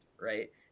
right